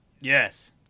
Yes